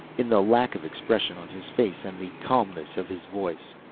in the lack of expression on his face and the calmness of his voice.